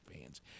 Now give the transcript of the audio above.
fans